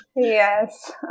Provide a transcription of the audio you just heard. Yes